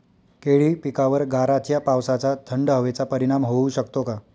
केळी पिकावर गाराच्या पावसाचा, थंड हवेचा परिणाम होऊ शकतो का?